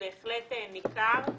בהחלט ניכר.